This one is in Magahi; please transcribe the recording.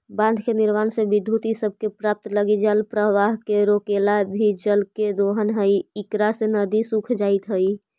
बाँध के निर्माण से विद्युत इ सब के प्राप्त लगी जलप्रवाह के रोकला भी जल के दोहन हई इकरा से नदि सूख जाइत हई